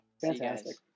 fantastic